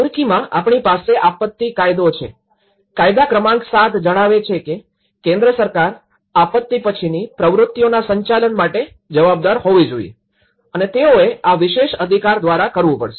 તુર્કીમાં આપણી પાસે આપત્તિ કાયદો છે કાયદા ક્રમાંક ૭ જણાવે છે કે કેન્દ્ર સરકાર આપત્તિ પછીની પ્રવૃત્તિઓના સંચાલન માટે જવાબદાર હોવી જોઈએ અને તેઓએ આ વિશેષ અધિકાર દ્વારા કરવું પડશે